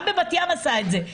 גם בבת ים עשו את זה,